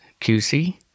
QC